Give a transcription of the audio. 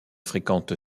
fréquente